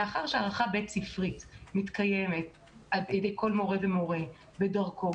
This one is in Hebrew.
מאחר שהערכה בית ספרית מתקיימת על ידי כל מורה ומורה בדרכו,